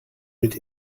mit